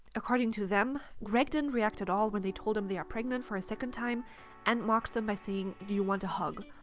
according to them, greg didn't react at all when they told him they are pregnant for a second time and mocked them by saying do you want a hug.